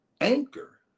anchor